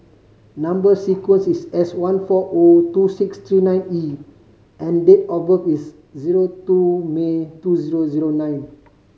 number sequence is S one four O two six three nine E and date of birth is zero two May two zero zero nine